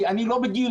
כי אני לא בגיל,